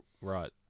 right